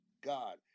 God